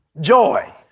Joy